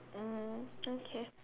mm okay